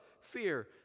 fear